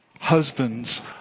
husbands